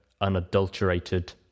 unadulterated